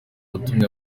watumye